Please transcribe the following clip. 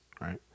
Right